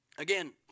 Again